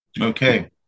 okay